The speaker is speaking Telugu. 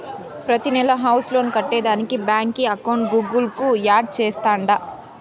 ప్రతినెలా హౌస్ లోన్ కట్టేదానికి బాంకీ అకౌంట్ గూగుల్ కు యాడ్ చేస్తాండా